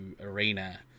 arena